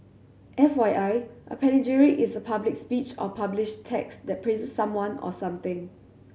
F Y I a panegyric is a public speech or published text that praises someone or something